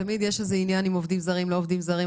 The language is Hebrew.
תמיד יש איזה עניין עם עובדים זרים או לא עובדים זרים,